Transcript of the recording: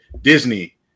Disney